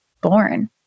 born